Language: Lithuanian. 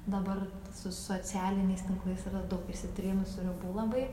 dabar su socialiniais tinklais yra daug išsitrynusių ribų labai